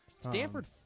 Stanford